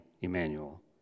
Emmanuel